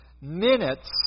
minutes